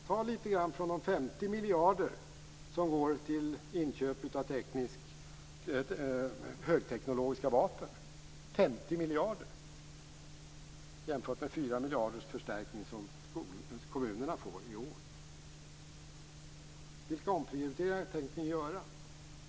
Ta litet grand från de 50 miljarder som går till inköp av högteknologiska vapen - 50 miljarder jämfört med 4 miljarders förstärkning som kommunerna får i år. Vilka omprioriteringar tänker ni göra?